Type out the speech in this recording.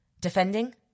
Defending